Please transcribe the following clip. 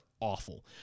awful